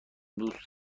دوست